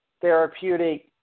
therapeutic